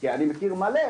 כי אני מכיר מלא,